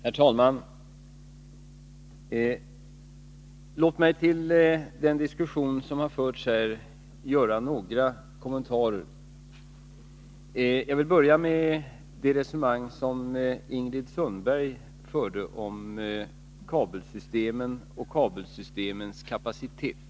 Herr talman! Låt mig göra några kommentarer till den diskussion som förts här. Jag vill börja med det resonemang som Ingrid Sundberg förde om kabelsystemen och kabelsystemens kapacitet.